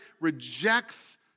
rejects